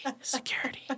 Security